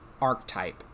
archetype